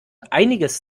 einiges